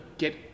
get